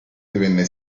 divenne